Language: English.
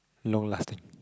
long lasting